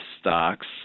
stocks